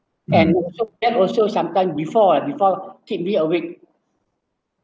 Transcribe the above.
and also them also sometime before ah before keep me awake